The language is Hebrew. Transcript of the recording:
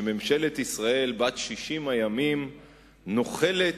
שממשלת ישראל בת 60 הימים נוחלת